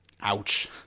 Ouch